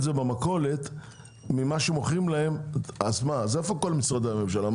זה במכולת אז איפה כל משרדי הממשלה?